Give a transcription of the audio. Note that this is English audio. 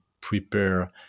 prepare